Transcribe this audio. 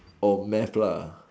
or math lah